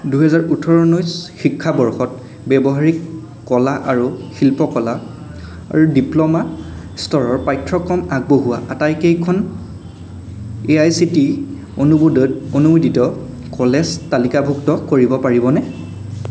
দুই হেজাৰ ওঠৰ ঊনৈছ শিক্ষাবৰ্ষত ব্যৱহাৰিক কলা আৰু শিল্পকলা ডিপ্ল'মা স্তৰৰ পাঠ্যক্ৰম আগবঢ়োৱা আটাইকেইখন এ আই চি টি অনুমোদত অনুমোদিত কলেজ তালিকাভুক্ত কৰিব পাৰিবনে